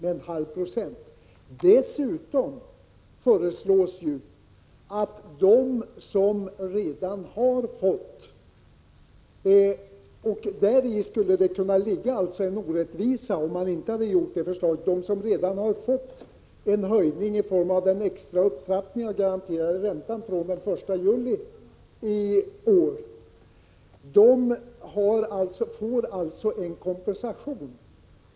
Dessutom föreslås nu — och där skulle en orättvisa kunna uppkomma, om man inte hade haft med det förslaget — att de som redan har fått en höjning i form av den extra upptrappningen av den garanterade räntan från den 1 juli i år får en kompensation.